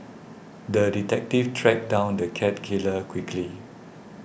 the detective tracked down the cat killer quickly